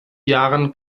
jahren